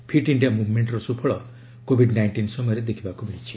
fit India ମୁଭ୍ମେଷ୍ଟର ସୁଫଳ କୋବିଡ୍ ନାଇଣ୍ଟିନ୍ ସମୟରେ ଦେଖିବାକୁ ମିଳିଛି